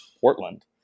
Portland